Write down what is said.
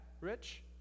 Rich